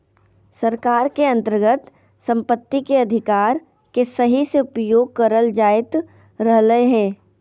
सरकार के अन्तर्गत सम्पत्ति के अधिकार के सही से उपयोग करल जायत रहलय हें